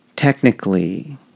technically